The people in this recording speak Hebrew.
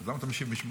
אז למה אתה משיב בשמו?